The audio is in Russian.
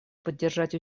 поддержать